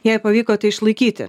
jai pavyko tai išlaikyti